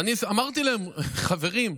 אמרתי להם: חברים,